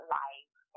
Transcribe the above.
life